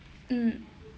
mm